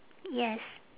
yes